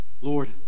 Lord